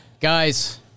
Guys